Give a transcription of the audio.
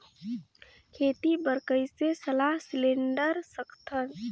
खेती बर कइसे सलाह सिलेंडर सकथन?